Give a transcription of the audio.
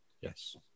Yes